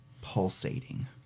pulsating